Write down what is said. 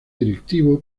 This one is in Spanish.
directivo